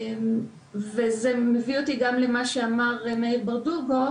זה מביא אותי למה שאמר מאיר ברדוגו,